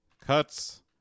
cuts